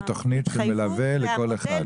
עם התוכנית מלווה לכל אחד.